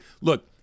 look